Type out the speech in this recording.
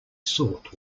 sought